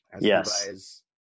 Yes